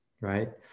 right